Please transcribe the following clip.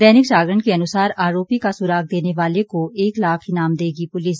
दैनिक जागरण के अनुसार आरोपी का सुराग देने वाले को एक लाख ईनाम देगी पुलिस